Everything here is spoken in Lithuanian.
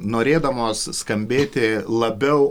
norėdamos skambėti labiau